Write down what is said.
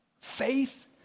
faith